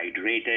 hydrated